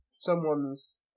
someone's